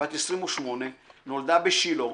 בת 28. נולדה בשילה,